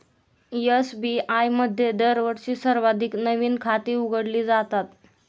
SBI मध्ये दरवर्षी सर्वाधिक नवीन खाती उघडली जातात